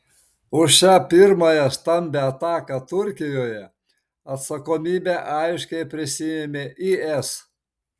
už šią pirmąją stambią ataką turkijoje atsakomybę aiškiai prisiėmė is